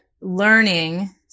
learning